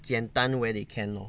简单 where they can lor